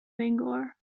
bangor